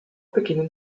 beginnen